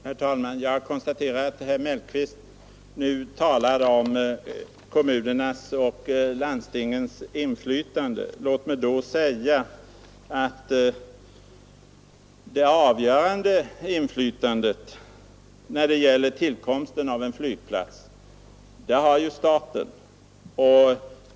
Herr talman! Jag konstaterar att herr Mellqvist nu talade om kommunernas och landstingens inflytande. Låt mig då säga att staten har det avgörande inflytandet över tillkomsten av en flygplats.